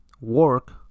work